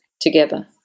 together